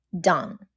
done